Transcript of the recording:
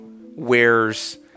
wears